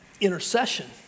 intercession